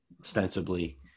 ostensibly